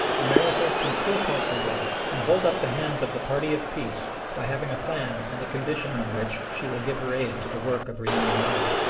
america can still point the way and hold up the hands of the party of peace by having a plan and a condition on which she will give her aid to the work of renewing life.